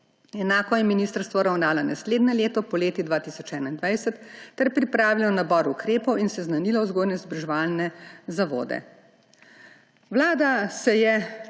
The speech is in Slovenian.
Enako je ministerstvo ravnalo naslednje leto, poleti 2021, ter pripravilo nabor ukrepov in z njimi seznanilo vzgojno-izobraževalne zavode. Vlada se je